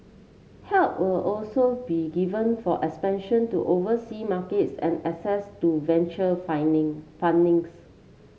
help will also be given for expansion to oversea markets and access to venture